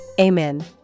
Amen